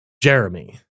Jeremy